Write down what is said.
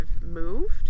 moved